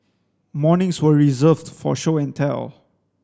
mornings were reserved for show and tell